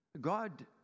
God